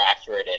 accurate